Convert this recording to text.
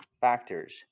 factors